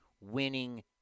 winning